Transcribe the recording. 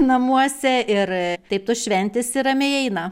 namuose ir taip tos šventės ir ramiai eina